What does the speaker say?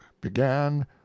began